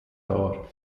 dar